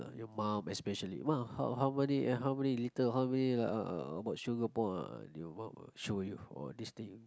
your mum especially !wah! how how many eh how many litre how many uh uh your mum will show you for this thing